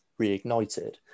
reignited